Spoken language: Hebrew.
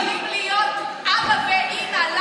לא יכולים להיות אבא ואימא?